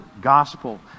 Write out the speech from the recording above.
Gospel